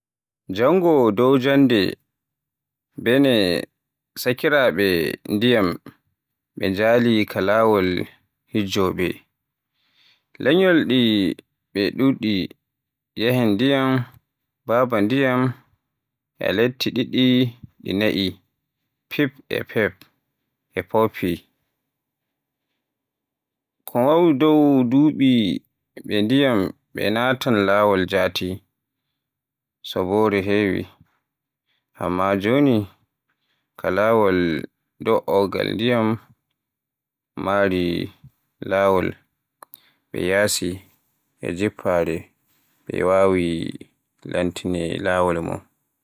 Janngo dow janngo, bene sakiraabe ndiyam ɓe njahi ka laawol hijjobe. Lanyol ɗin ɓe nduɗi - Nyeeni Ndiyam, Baba Ndiyam, e latti ɗiɗi ɗi na'i, Pip, Peep, e Poppy. Ko waawi dow duuɓi, ɓe ndiyam ɓe naatan laawol jaati, so boore heewi. Amma jooni, ka laawol, do'ogal ndiyam mari laawol, ɓe yesi e jamfaare, ɓe waawi laatino laawol mum.